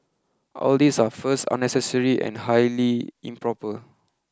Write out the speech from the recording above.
all these are first unnecessary and highly improper